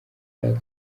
black